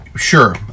Sure